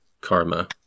karma